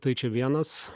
tai čia vienas